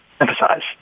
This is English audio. emphasize